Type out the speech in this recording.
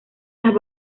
las